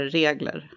regler